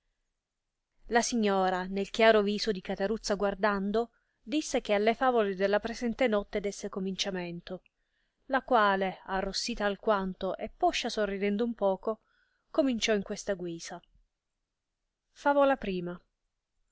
la signora nel chiaro viso di cateruzza guardando disse che alle favole della presente notte desse cominciamento la quale arrossita alquanto e poscia sorridendo un poco cominciò in questa guisa favola